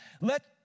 Let